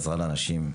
עזרה לאנשים.